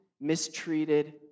mistreated